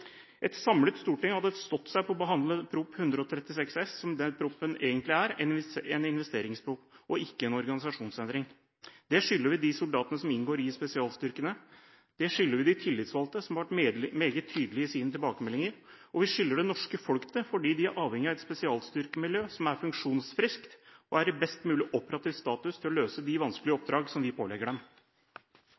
Et samlet storting hadde stått seg på å behandle Prop. 136 S som det proposisjonen egentlig er, en investeringsproposisjon, og ikke en organisasjonsendring. Det skylder vi de soldatene som inngår i spesialstyrkene, det skylder vi de tillitsvalgte som har vært meget tydelige i sine tilbakemeldinger, og det skylder vi det norske folk – fordi vi er avhengig av et spesialstyrkemiljø som er funksjonsfriskt og i best mulig operativ stand til å løse de vanskelige oppdrag som vi pålegger dem.